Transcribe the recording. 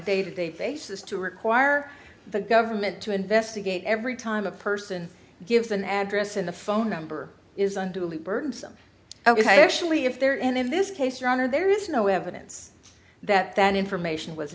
day to day basis to require the government to investigate every time a person gives an address in a phone number is unduly burdensome ok actually if they're in in this case your honor there is no evidence that that information was